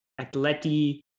Atleti